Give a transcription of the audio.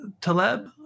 Taleb